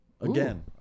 again